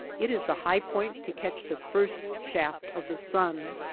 it is the high point to catch the first shaft of the sun.